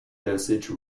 dosage